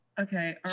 Okay